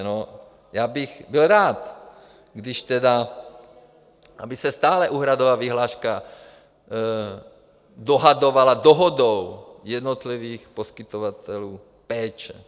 No já bych byl rád, aby se stále úhradová vyhláška dohadovala dohodou jednotlivých poskytovatelů péče.